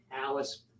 Alice